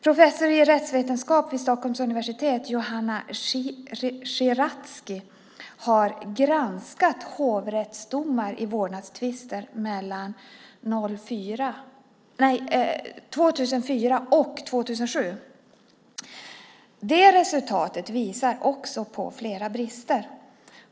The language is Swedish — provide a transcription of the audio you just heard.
Professorn i rättsvetenskap vid Stockholms universitet, Johanna Schiratzki, har granskat hovrättsdomar i vårdnadstvister mellan 2004 och 2007. Resultatet visar på flera brister.